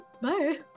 Bye